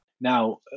Now